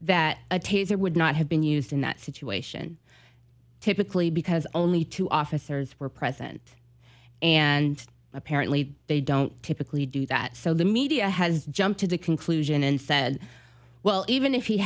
taser would not have been used in that situation typically because only two officers were present and apparently they don't typically do that so the media has jumped to the conclusion and said well even if he